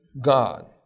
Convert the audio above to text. God